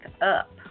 up